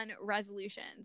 resolutions